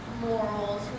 morals